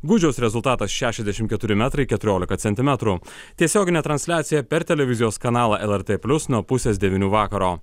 gudžiaus rezultatas šešiasdešimt keturi metrai keturiolika centimetrų tiesioginė transliacija per televizijos kanalą lrt plius nuo pusės devynių vakaro